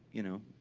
you know,